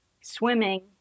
swimming